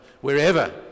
wherever